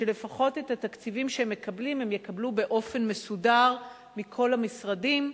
שלפחות את התקציבים שהם מקבלים הם יקבלו באופן מסודר מכל המשרדים.